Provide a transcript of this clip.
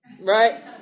right